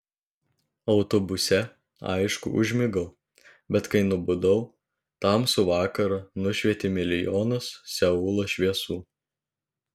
autobuse aišku užmigau bet kai nubudau tamsų vakarą nušvietė milijonas seulo šviesų